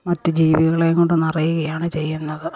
മറ്റു ജീവികളെകൊണ്ട് നിറയുകയാണ് ചെയ്യുന്നത്